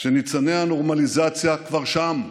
שניצני הנורמליזציה כבר שם,